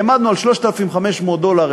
העמדנו על 3,500 דולר,